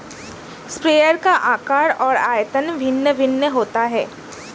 sprayer का आकार और आयतन भिन्न भिन्न होता है